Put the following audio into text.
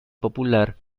popular